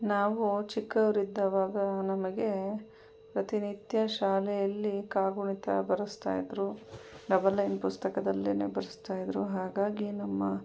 ನಾವು ಚಿಕ್ಕವರಿದ್ದಾಗ ನಮಗೆ ಪ್ರತಿನಿತ್ಯ ಶಾಲೆಯಲ್ಲಿ ಕಾಗುಣಿತ ಬರೆಸ್ತಾಯಿದ್ರು ಡಬಲ್ ಲೈನ್ ಪುಸ್ತಕದಲ್ಲೇ ಬರೆಸ್ತಾಯಿದ್ರು ಹಾಗಾಗಿ ನಮ್ಮ